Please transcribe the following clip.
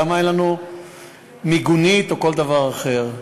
למה אין לנו מיגונית או כל דבר אחר.